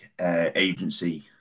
agency